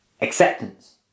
acceptance